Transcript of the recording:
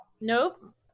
Nope